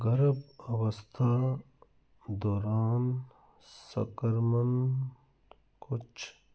ਗਰਭ ਅਵਸਥਾ ਦੌਰਾਨ ਸੰਕਰਮਣ ਕੁਛ